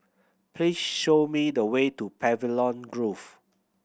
please show me the way to Pavilion Grove